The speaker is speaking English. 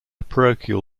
parochial